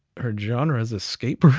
her genre is escape room?